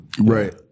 Right